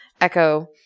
echo